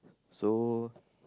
so